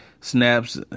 snaps